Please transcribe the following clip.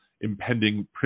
impending